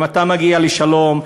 אם אתה מגיע לשלום,